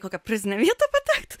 kokią prizinę vietą patekt